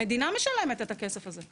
המדינה משלמת את הכסף הזה.